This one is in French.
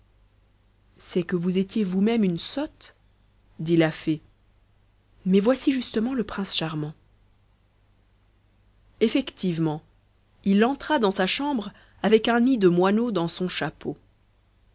c'est que vous étiez vous-même une sotte dit la fée mais voici justement le prince charmant effectivement il entra dans sa chambre avec un nid de moineaux dans son chapeau